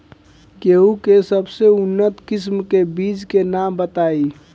गेहूं के सबसे उन्नत किस्म के बिज के नाम बताई?